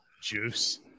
juice